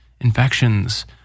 infections